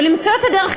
ולמצוא את הדרך,